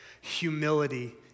Humility